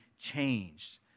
changed